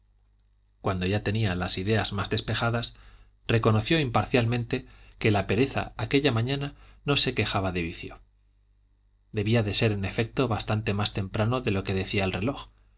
cuando ya tenía las ideas más despejadas reconoció imparcialmente que la pereza aquella mañana no se quejaba de vicio debía de ser en efecto bastante más temprano de lo que decía el reloj sin